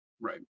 Right